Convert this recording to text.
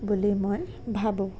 বুলি মই ভাবোঁ